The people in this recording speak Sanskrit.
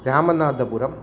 रामनाथपुरम्